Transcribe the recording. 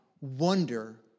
wonder